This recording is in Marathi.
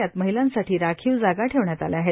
यात महिलांसाठी राखीव जागा ठेवण्यात आल्या आहेत